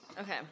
Okay